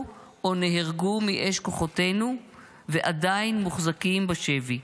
או נהרגו מאש כוחותינו ועדיין מוחזקים בשבי.